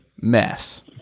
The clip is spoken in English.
mess